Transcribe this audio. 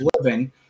living